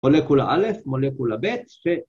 ‫מולקולה א', מולקולה ב', ש...